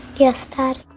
yes, dad.